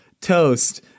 toast